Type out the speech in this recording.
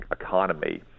economy